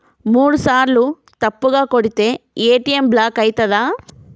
మూడుసార్ల తప్పుగా కొడితే ఏ.టి.ఎమ్ బ్లాక్ ఐతదా?